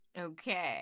Okay